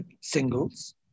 singles